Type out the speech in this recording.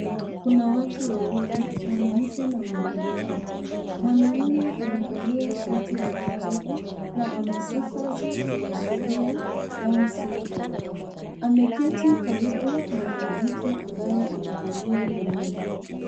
Kuna watu wawili, mwanamke na mwanamume. Mwanamume amevalia shati la kijivu na ana sifa zinazoashiria down syndrome .Ameketi karibu na mwanamke ambaye amevalia miwani.